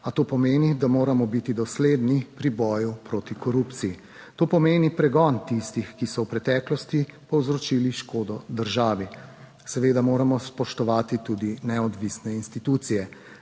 a to pomeni, da moramo biti dosledni pri boju proti korupciji. To pomeni pregon tistih, ki so v preteklosti povzročili škodo državi. Seveda moramo spoštovati tudi neodvisne institucije,